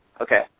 Okay